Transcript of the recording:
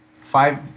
five